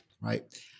right